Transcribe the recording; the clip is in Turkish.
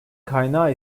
kaynağı